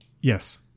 Yes